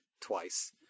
twice